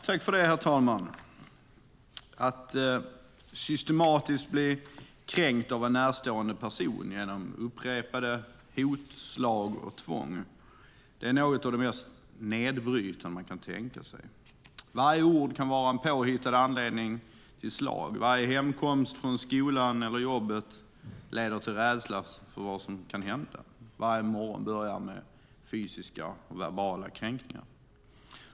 Herr talman! Att systematiskt bli kränkt av en närstående person genom upprepade hot, slag och tvång är något av det mest nedbrytande man kan tänka sig. Varje ord kan vara en påhittad anledning till slag, varje hemkomst från skolan eller jobbet leder till rädsla för vad som kan hända och varje morgon börjar med fysiska och verbala kränkningar.